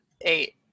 Eight